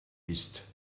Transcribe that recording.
ist